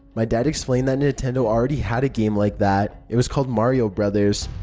my dad explained that nintendo already had a game like that. it was called mario bros.